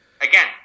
again